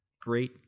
great